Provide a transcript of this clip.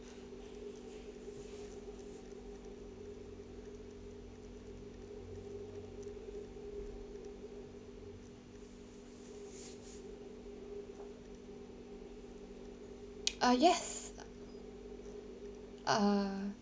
ah yes uh